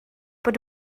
bod